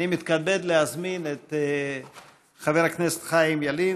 אני מתכבד להזמין את חבר הכנסת חיים ילין